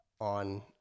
on